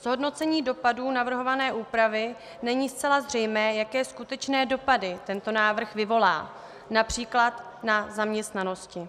Z hodnocení dopadů navrhované úpravy není zcela zřejmé, jaké skutečné dopady tento návrh vyvolá například na zaměstnanosti.